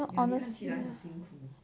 ya 你看起来很辛苦